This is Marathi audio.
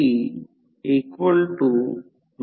तर ते f 50 हर्ट्झ घेतले जाते आणि हे ∅m आहे N1 300 मिळेल